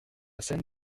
scène